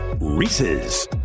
Reese's